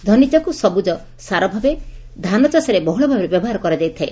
ଧନିଚାକୁ ସବୁଜ ସାରଭାବେ ଧାନଚାଷରେ ବହୁଳ ଭାବେ ବ୍ୟବହାର କରାଯାଇଥାଏ